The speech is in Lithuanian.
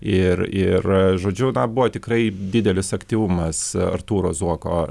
ir ir žodžiu na buvo tikrai didelis aktyvumas artūro zuoko